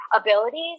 abilities